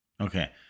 okay